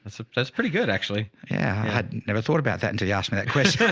that's that's pretty good actually. yeah. i had never thought about that until you asked me that question.